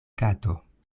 kato